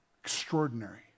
extraordinary